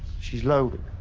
she's loaded.